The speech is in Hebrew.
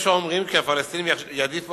יש האומרים כי הפלסטינים אולי יעדיפו